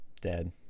dead